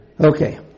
Okay